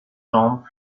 jambes